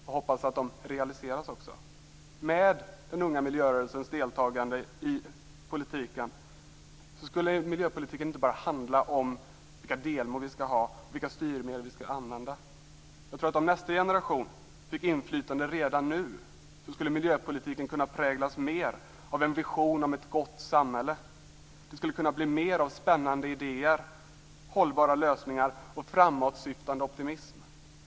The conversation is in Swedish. Jag hoppas att de realiseras också. Med den unga miljörörelsens deltagande i politiken skulle miljöpolitik inte bara handla om vilka delmål vi skall ha och vilka styrmedel vi skall använda. Jag tror att om nästa generation fick inflytande redan nu skulle miljöpolitiken kunna präglas mer av en vision av ett gott samhälle. Det skulle kunna bli mer av spännande idéer, hållbara lösningar och framåtsyftande optimism.